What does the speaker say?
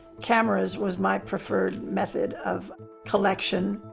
cameras was my preferred method of collection.